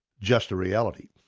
just a reality!